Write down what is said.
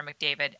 McDavid